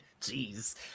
jeez